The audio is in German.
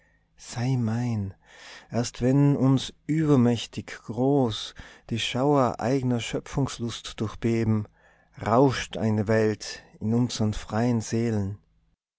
mein erst wenn uns übermächtig groß die schauer eigner schöpfungslust durchbeben rauscht eine welt in unsern freien seelen